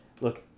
look